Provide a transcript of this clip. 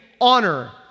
honor